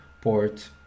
port